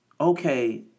okay